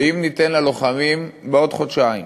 ואם ניתן ללוחמים בעוד חודשיים